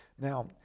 now